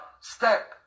step